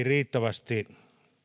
riittävästi